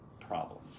problems